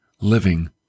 living